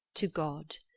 to god.